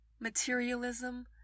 materialism